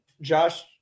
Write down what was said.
Josh